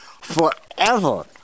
forever